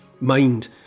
mind